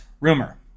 Rumor